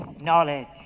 knowledge